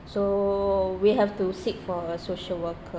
so we have to seek for a social worker